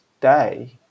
day